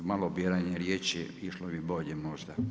Uz malo biranja riječi, išlo bi bolje možda.